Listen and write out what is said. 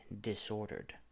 disordered